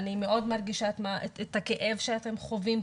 אני מאוד מרגישה את הכאב שאתם כהורים חווים.